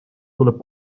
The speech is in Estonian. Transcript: tuleb